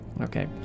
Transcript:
Okay